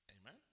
amen